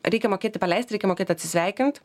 reikia mokėti paleisti reikia mokėti atsisveikint